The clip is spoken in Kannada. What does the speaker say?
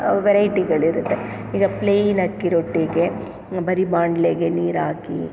ವೆರೈಟಿಗಳಿರುತ್ತೆ ಈಗ ಪ್ಲೈನ್ ಅಕ್ಕಿ ರೊಟ್ಟಿಗೆ ಬರೀ ಬಾಂಡಲೆಗೆ ನೀರಾಕಿ